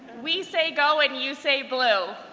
we say go and you say blue.